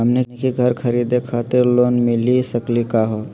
हमनी के घर खरीदै खातिर लोन मिली सकली का हो?